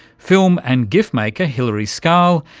film and gif maker hilari scarl,